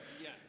Yes